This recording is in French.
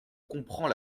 comprends